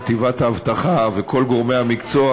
חטיבת האבטחה וכל גורמי המקצוע,